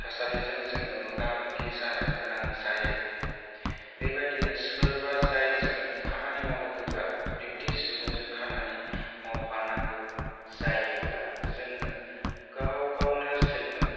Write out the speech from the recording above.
थासारिजों जोङो मोगा मोगि जानो गोनां जायो बेबादिनो सोरबा जायजों खामानि मावनो गोब्राब बिबदि सुबुंजों खामानि मावफानांगौ जायोब्ला जोङो गाव गावनो जोङो